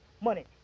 money